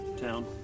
town